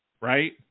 right